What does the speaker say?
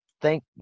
Thank